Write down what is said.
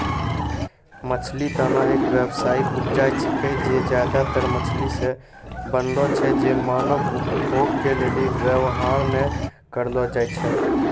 मछली दाना एक व्यावसायिक उपजा छिकै जे ज्यादातर मछली से बनलो छै जे मानव उपभोग के लेली वेवहार नै करलो जाय छै